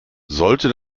sollte